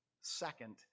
Second